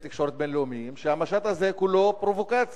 תקשורת בין-לאומיים שהמשט הזה כולו פרובוקציה.